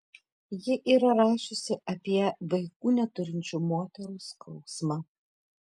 ji yra rašiusi apie vaikų neturinčių moterų skausmą